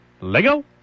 Lego